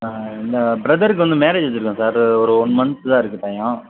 ஆ எங்கள் பிரதருக்கு வந்து மேரேஜ் வச்சுருக்கோம் சார் ஒரு ஒன் மன்த்து தான் இருக்குது டயம்